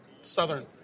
southern